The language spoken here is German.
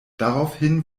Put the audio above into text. daraufhin